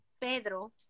Pedro